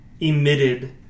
emitted